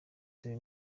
turi